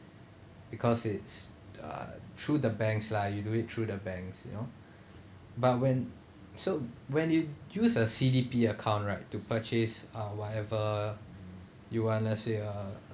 because it's uh through the banks lah you do it through the banks you know but when so when you use a C_D_P account right to purchase uh whatever you wanna say uh